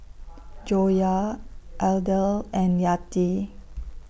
Joyah Aidil and Yati